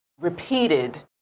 repeated